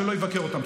שלא יבקר אותם.